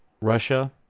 Russia